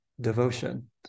devotion